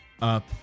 up